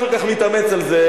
תודה לשר.